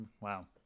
Wow